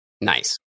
Nice